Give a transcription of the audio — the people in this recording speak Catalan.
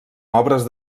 obres